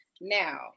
Now